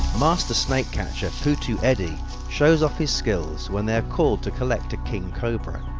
master snake catcher putu edie shows off his skills when they're called to collect a king cobra,